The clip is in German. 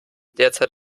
derzeit